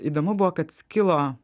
įdomu buvo kad skilo